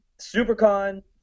Supercon